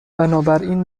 بنابراین